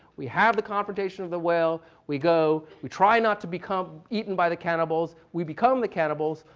we have the confrontation of the whale. we go we try not to become eaten by the cannibals. we become the cannibals.